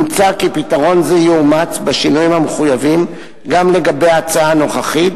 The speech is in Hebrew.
מוצע כי פתרון זה יאומץ בשינויים המחויבים גם לגבי ההצעה הנוכחית,